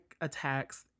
attacks